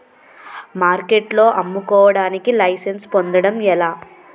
మార్కెట్లో అమ్ముకోడానికి లైసెన్స్ పొందడం ఎలా?